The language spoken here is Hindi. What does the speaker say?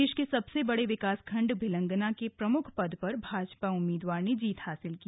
प्रदेश के सबसे बड़े विकासखंड भिलंगना के प्रमुख पद पर भाजपा उम्मीदवार ने जीत हासिल की